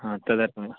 तदर्थमेव